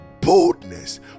boldness